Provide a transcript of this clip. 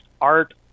art